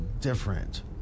different